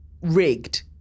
rigged